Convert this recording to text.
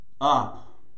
Up